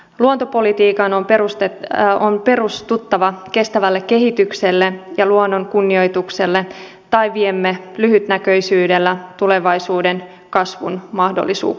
luontopolitiikan on perustuttava kestävälle kehitykselle ja luonnon kunnioitukselle tai viemme lyhytnäköisyydellä tulevaisuuden kasvun mahdollisuuksia